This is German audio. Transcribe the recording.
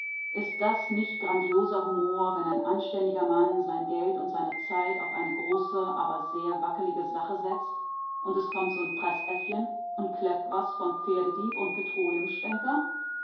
ist das nicht grandioser humor wenn ein anständiger mann sein geld und seine zeit auf eine große aber sehr wackelige sache setzt und es kommt so n preßäffchen und kläfft was von pferdedieb und